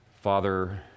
Father